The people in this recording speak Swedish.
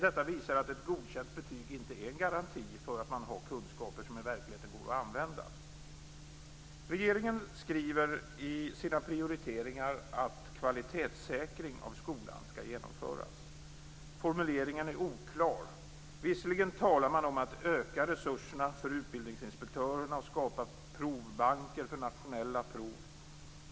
Detta visar att ett godkänt betyg inte är en garanti för att man har kunskaper som i verkligheten går att använda. Regeringen skriver i sina prioriteringar att kvalitetssäkring av skolan skall genomföras. Formuleringen är oklar. Visserligen talar man om att öka resurserna för utbildningsinspektörerna och att skapa provbanker för nationella prov.